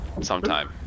sometime